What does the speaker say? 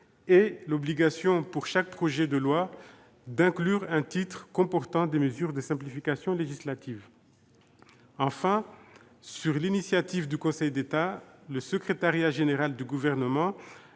et l'obligation, pour chaque projet de loi, d'inclure un titre comportant des mesures de simplification législative. Enfin, sur l'initiative du Conseil d'État, le secrétariat général du Gouvernement